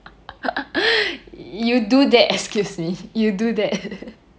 you do that excuse me you do that